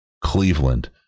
Cleveland